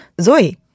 Zoe